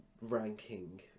ranking